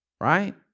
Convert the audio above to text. right